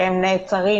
שהם נעצרים